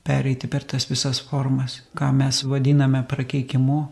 pereiti per tas visas formas ką mes vadiname prakeikimu